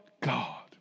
God